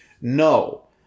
No